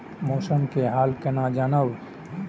मौसम के हाल केना जानब?